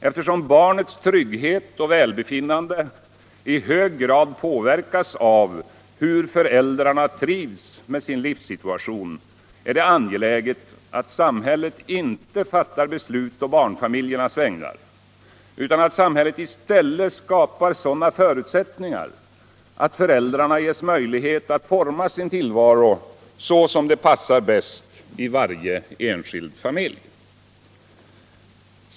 Eftersom barnens trygghet och välbefinnande i hög grad påverkas av hur föräldrarna trivs med sin livssituation är det angeläget att samhället inte fattar beslut på barnfamiljernas vägnar utan i stället skapar sådana förutsättningar att föräldrarna ges möjlighet att forma sin tillvaro så som det passar bäst i varje enskild familj.